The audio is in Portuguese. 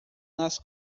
nas